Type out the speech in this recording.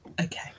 Okay